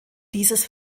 dieses